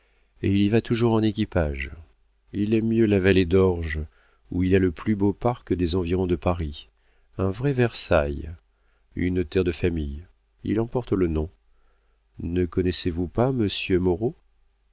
et il y va toujours en équipage il aime mieux la vallée d'orge où il a le plus beau parc des environs de paris un vrai versailles une terre de famille il en porte le nom ne connaissez-vous pas monsieur moreau